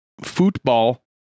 football